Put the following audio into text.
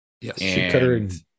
yes